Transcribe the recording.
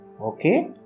Okay